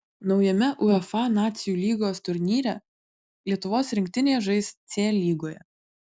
naujame uefa nacijų lygos turnyre lietuvos rinktinė žais c lygoje